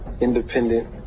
independent